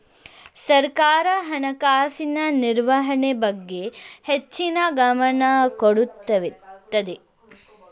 ಸರ್ಕಾರ ಹಣಕಾಸಿನ ನಿರ್ವಹಣೆ ಬಗ್ಗೆ ಹೆಚ್ಚಿನ ಗಮನ ಕೊಡುತ್ತದೆ